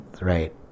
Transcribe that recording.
right